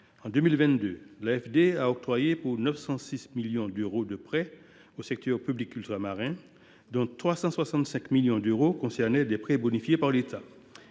En 2022, l’AFD a accordé 906 millions d’euros de prêts au secteur public ultramarin, dont 365 millions d’euros concernaient des prêts bonifiés par l’État.